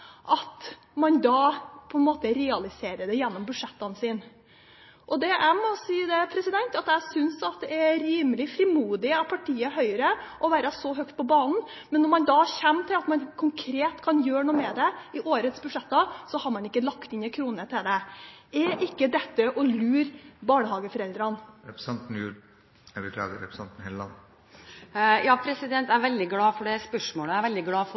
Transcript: sitt. Man skulle forvente at et parti som er så høyt på banen når det gjelder løpende barnehageopptak, som går ut når foreldrene er som mest fortvilet over at det kanskje kan bli litt vanskelig for dem, på en måte realiserer det gjennom sine budsjetter. Jeg må si at jeg synes det er rimelig frimodig av partiet Høyre å være så høyt på banen, men når man kommer til at man konkret kan gjøre noe med det i årets budsjetter, har man ikke lagt inn én krone til det. Er ikke dette å lure barnehageforeldrene?